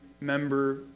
member